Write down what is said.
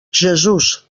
jesús